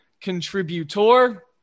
contributor